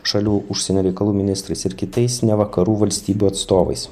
šalių užsienio reikalų ministrais ir kitais ne vakarų valstybių atstovais